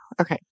Okay